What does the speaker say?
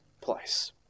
place